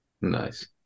nice